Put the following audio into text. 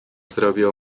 zrobiło